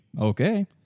Okay